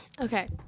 Okay